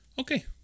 Okay